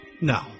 No